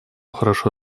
хорошо